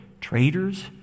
traitors